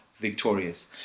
victorious